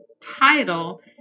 title